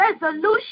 resolution